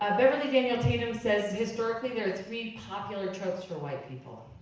beverly daniel tatum says historically there are three popular tropes for white people.